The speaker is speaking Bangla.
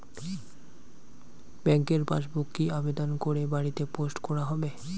ব্যাংকের পাসবুক কি আবেদন করে বাড়িতে পোস্ট করা হবে?